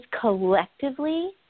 collectively